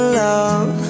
love